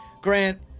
Grant